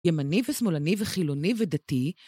ימני ושמאלני וחילוני ודתי.